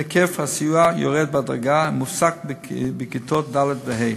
היקף הסיוע יורד בהדרגה, ומופסק בכיתות ד' וה'.